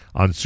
on